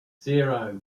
zero